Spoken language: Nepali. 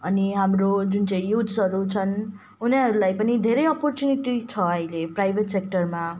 अनि हाम्रो जुन चाहिँ युथ्सहरू छन् उनीहरूलाई पनि धेरै अप्परच्युनिटी छ अहिले प्राइभेट सेक्टरमा